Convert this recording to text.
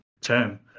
term